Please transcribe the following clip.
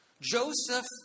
Joseph